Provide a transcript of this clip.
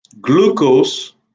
glucose